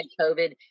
COVID